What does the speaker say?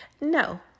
No